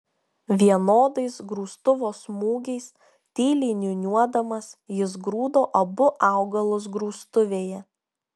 vienodais grūstuvo smūgiais tyliai niūniuodamas jis grūdo abu augalus grūstuvėje